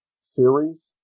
series